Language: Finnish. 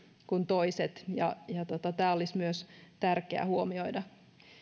kuin toiset tämä olisi myös tärkeä huomioida